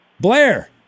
Blair